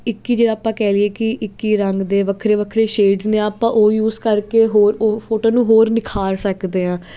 ਇੱਕ ਹੀ ਜੇ ਆਪਾਂ ਕਹਿ ਲਈਏ ਕਿ ਇੱਕ ਹੀ ਰੰਗ ਦੇ ਵੱਖਰੇ ਵੱਖਰੇ ਸ਼ੇਡ ਨੇ ਆਪਾਂ ਉਹ ਯੂਸ ਕਰਕੇ ਹੋਰ ਉਹ ਫੋਟੋ ਨੂੰ ਹੋਰ ਨਿਖਾਰ ਸਕਦੇ ਹਾਂ